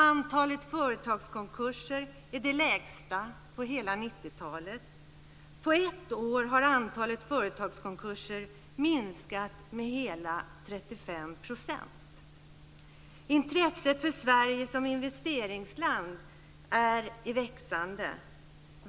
Antalet företagskonkurser är det lägsta på hela 90-talet. På ett år har antalet företagskonkurser minskat med hela 35 %. Intresset för Sverige som investeringsland är i växande.